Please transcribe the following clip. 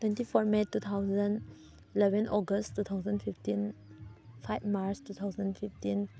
twenty four two thousand eleven August two thousand fifteen five March two thousand fifteen